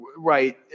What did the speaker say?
Right